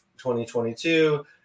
2022